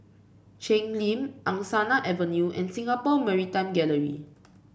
Cheng Lim Angsana Avenue and Singapore Maritime Gallery